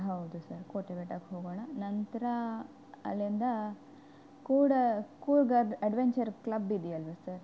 ಹೌದು ಸರ್ ಕೋಟೆ ಬೆಟ್ಟಕ್ಕೆ ಹೋಗೋಣ ನಂತರ ಅಲ್ಲಿಂದ ಕೂಡ ಕೂರ್ಗ ಅಡ್ವೆಂಚರ್ ಕ್ಲಬ್ ಇದ್ಯಲ್ವಾ ಸರ್